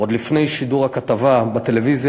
עוד לפני שידור הכתבה בטלוויזיה,